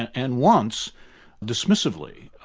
and once dismissively.